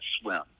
swim